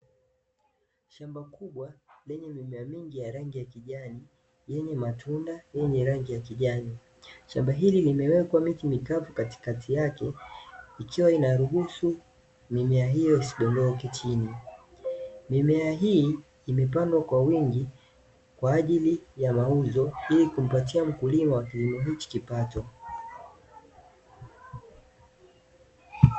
Shamba kubwa lenye mimea mingi yenye rangi ya kijani, yenye matunda yenye rangi ya kijani. Shamba hili limewekwa miti mikavu katikati yake ikiwa inaruhusu mimea hiyo isidondoke chini. Mimea hii imepandwa kwa wingi kwa ajili ya mauzo, ili kumpatia mkulima wa kilimo hichi kipato.